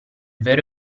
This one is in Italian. vero